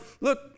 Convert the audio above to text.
look